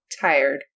tired